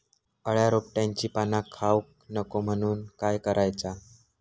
अळ्या रोपट्यांची पाना खाऊक नको म्हणून काय करायचा?